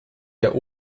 der